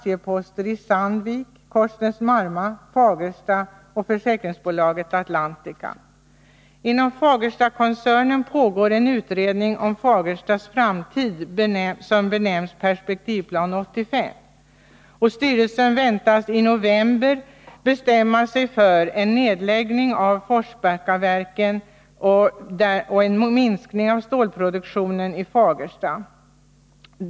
Inom Fagerstakoncernen pågår en utredning om Fagerstas framtid, som benämns Perspektivplan 85. I november väntas styrelsen i Fagersta AB bestämma sig för att lägga ner Forsbackaverken och minska sin stålproduktion i Fagersta.